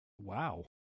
Wow